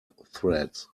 threads